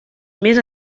més